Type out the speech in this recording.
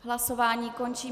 Hlasování končím.